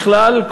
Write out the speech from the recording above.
בכלל,